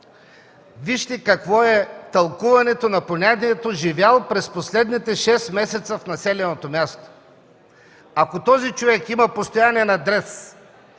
Вижте какво е тълкуването на понятието „живял през последните шест месеца в населеното място”. Ако този човек има постоянен адрес